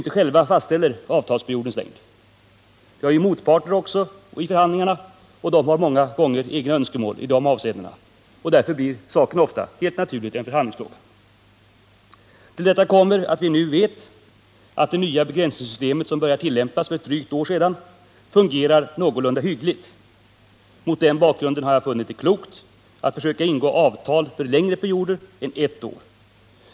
Vi fastställer ju inte ensamma avtalsperiodernas längd, utan vi har också motparter i förhandlingarna, och de har många gånger egna önskemål i dessa avseenden. Detta blir därför helt naturligt ofta en förhandlingsfråga. Till detta kommer att vi nu vet att det nya begränsningssystemet, som började tillämpas för drygt ett år sedan, fungerar någorlunda hyggligt. Mot den bakgrunden har jag funnit det klokt att försöka ingå avtal för längre perioder än ett år.